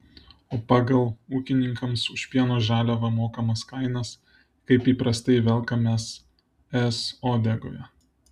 o pagal ūkininkams už pieno žaliavą mokamas kainas kaip įprastai velkamės es uodegoje